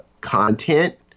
content